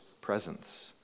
presence